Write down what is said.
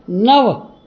નવ